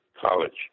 college